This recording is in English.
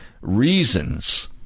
reasons